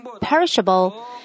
perishable